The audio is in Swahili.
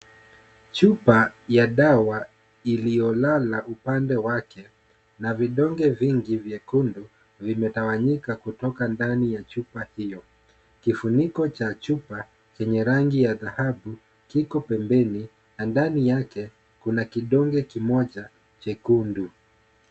Chupa ya dawa iliyolala upande wake na vidonge vingi vyekundu vimetawanyika kutoka ndani ya chupa hiyo. Kifuniko cha chupa chenye rangi ya dhahabu kiko pembeni na ndani yake kuna kidonge kimoja chekundu.